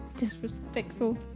disrespectful